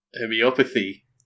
homeopathy